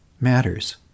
matters